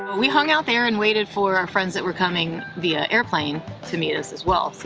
we hung out there and waited for our friends that were coming via airplane to meet us as well. so